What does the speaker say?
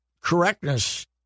correctness